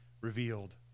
revealed